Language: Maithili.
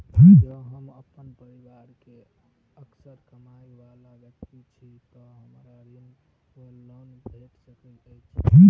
जँ हम अप्पन परिवार मे असगर कमाई वला व्यक्ति छी तऽ हमरा ऋण वा लोन भेट सकैत अछि?